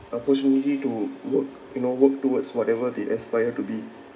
opportunity to work you know work towards whatever they aspire to be